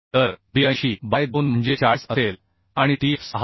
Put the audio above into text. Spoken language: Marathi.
तर बी 80 बाय 2 म्हणजे 40 असेल आणि Tf 6